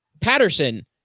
Patterson